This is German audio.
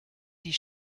die